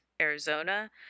arizona